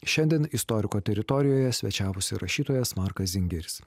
šiandien istoriko teritorijoje svečiavosi rašytojas markas zingeris